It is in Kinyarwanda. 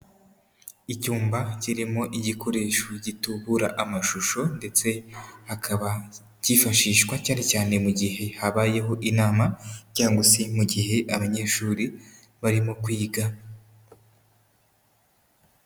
Icyumba kirimo igikoresho gitubura amashusho ndetsekaba kifashishwa cyane cyane mu gihe habayeho inama, cyangwa se mu gihe abanyeshuri barimo kwiga.